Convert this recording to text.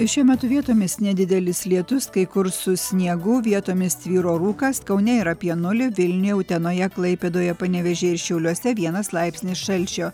šiuo metu vietomis nedidelis lietus kai kur su sniegu vietomis tvyro rūkas kaune yra apie nulį vilniuje utenoje klaipėdoje panevėžyje ir šiauliuose vienas laipsnis šalčio